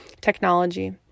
technology